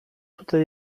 tutaj